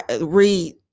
read